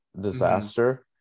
disaster